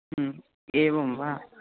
एवं वा